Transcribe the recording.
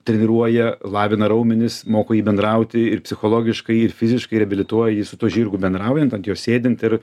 treniruoja lavina raumenis moko jį bendrauti ir psichologiškai ir fiziškai reabilituoja jį su tuo žirgu bendraujant ant jo sėdint ir